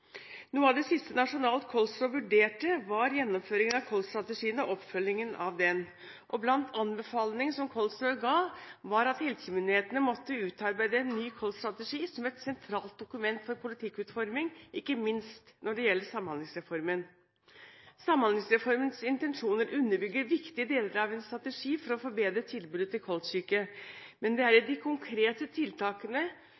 Noe av det siste Nasjonalt kolsråd vurderte, var gjennomføringen av kolsstrategien og oppfølgningen av den. Blant anbefalingene som Kolsrådet ga, var at helsemyndighetene måtte utarbeide en ny kolsstrategi som et sentralt dokument for politikkutforming, ikke minst når det gjaldt Samhandlingsreformen. Samhandlingsreformens intensjoner underbygger viktige deler av en strategi for å forbedre tilbudet til kolssyke, men det er